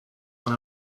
when